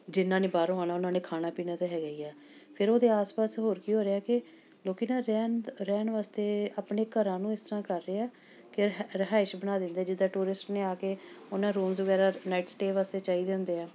ਜਿਨ੍ਹਾਂ ਨੇ ਬਾਹਰੋਂ ਆਉਣਾ ਉਹਨਾਂ ਨੇ ਖਾਣਾ ਪੀਣਾ ਤਾਂ ਹੈਗਾ ਹੀ ਆ ਫਿਰ ਉਹਦੇ ਆਸ ਪਾਸ ਹੋਰ ਕੀ ਹੋ ਰਿਹਾ ਕਿ ਲੋਕ ਨਾ ਰਹਿਣ ਰਹਿਣ ਵਾਸਤੇ ਆਪਣੇ ਘਰਾਂ ਨੂੰ ਇਸ ਤਰ੍ਹਾਂ ਕਰ ਰਹੇ ਆ ਕਿ ਰਿਹਾਇਸ਼ ਬਣਾ ਦਿੰਦੇ ਜਿੱਦਾਂ ਟੂਰਿਸਟ ਨੇ ਆ ਕੇ ਉਹਨਾਂ ਰੂਮਸ ਵਗੈਰਾ ਨਾਈਟ ਸਟੇਅ ਵਾਸਤੇ ਚਾਹੀਦੇ ਹੁੰਦੇ ਆ